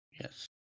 Yes